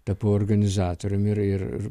tapau organizatorium ir ir